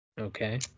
okay